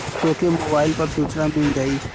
तोके मोबाइल पर सूचना मिल जाई